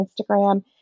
Instagram